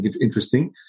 interesting